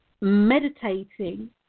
meditating